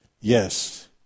yes